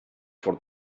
for